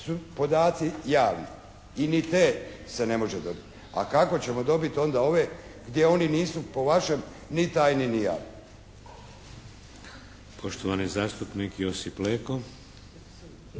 su podaci javni i ni te se ne može dobiti, a kako ćemo dobiti onda ove gdje oni nisu po vašem ni tajni ni javni?